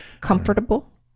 Comfortable